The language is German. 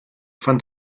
fand